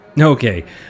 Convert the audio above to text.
Okay